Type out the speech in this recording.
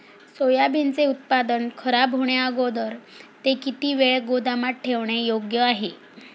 सोयाबीनचे उत्पादन खराब होण्याअगोदर ते किती वेळ गोदामात ठेवणे योग्य आहे?